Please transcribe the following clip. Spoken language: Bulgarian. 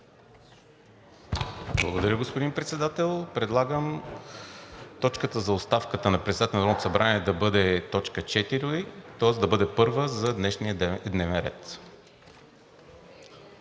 Благодаря, господин Председател. Предлагам точката за оставката на председателя на Народното събрание да бъде точка четвърта, тоест да бъде първа за днешния дневен ред.